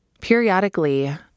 Periodically